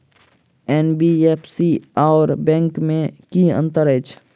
NBFC आओर bank मे की अंतर अछि?